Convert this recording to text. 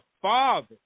father